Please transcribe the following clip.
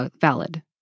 valid